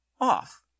off